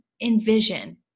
envision